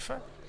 יפה.